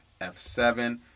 f7